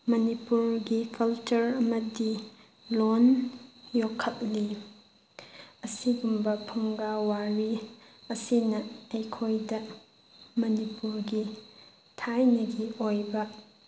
ꯃꯅꯤꯄꯨꯔꯒꯤ ꯀꯜꯆꯔ ꯑꯃꯗꯤ ꯂꯣꯜ ꯌꯣꯛꯈꯠꯂꯤ ꯑꯁꯤꯒꯨꯝꯕ ꯐꯨꯡꯒꯥ ꯋꯥꯔꯤ ꯑꯁꯤꯅ ꯑꯩꯈꯣꯏꯗ ꯃꯅꯤꯄꯨꯔꯒꯤ ꯊꯥꯏꯅꯒꯤ ꯑꯣꯏꯕ